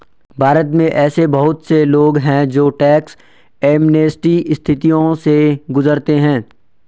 भारत में ऐसे बहुत से लोग हैं जो टैक्स एमनेस्टी स्थितियों से गुजरते हैं